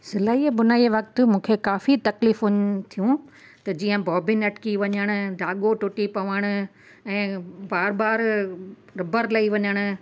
सिलाई बुनाई वक़्ति मूंखे काफ़ी तकलीफ़ुनि थियूं त जीअं बॉबिन अटकी वञण धाॻो टुटी पवण ऐं बार बार रबड़ लई वञण